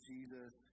Jesus